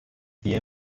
wir